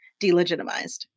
delegitimized